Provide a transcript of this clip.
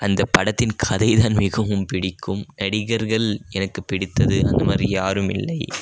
அந்த படத்தின் கதைதான் மிகவும் பிடிக்கும் நடிகர்கள் எனக்கு பிடித்தது அந்த மாதிரி யாரும் இல்லை